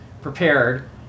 prepared